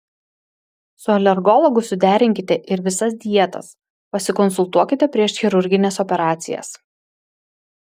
su alergologu suderinkite ir visas dietas pasikonsultuokite prieš chirurgines operacijas